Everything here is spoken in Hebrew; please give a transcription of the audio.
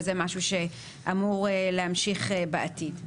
וזה משהו שאמור להמשיך בעתיד.